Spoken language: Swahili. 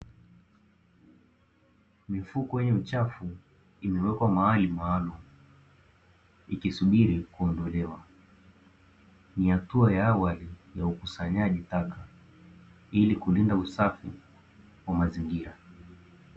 Mifuko ya uchafu imewekwa mahali maalumu ikisubiri kuondolewa, ni hatua ya awali ya ukusanyaji taka ili kulinda usafi wa mazingira.